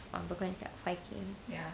oh banyak five K